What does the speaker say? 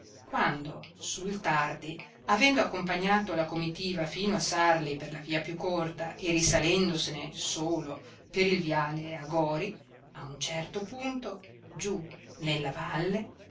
quando sul tardi avendo accompagnato la comitiva fino a sarli per la via più corta e risalendosene solo per il viale a gori a un certo punto giù nella valle